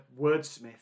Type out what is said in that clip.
wordsmith